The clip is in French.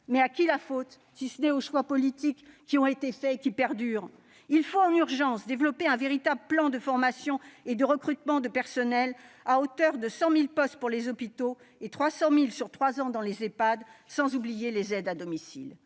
mais à qui la faute, si ce n'est aux choix politiques qui ont été faits et qui perdurent ? Il faut en urgence développer un véritable plan de formation et de recrutement de personnel, à hauteur de 100 000 postes pour les hôpitaux et de 300 000 postes sur trois ans dans les Ehpad, sans oublier les aides à domicile.